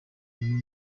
uyu